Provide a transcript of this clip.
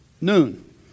noon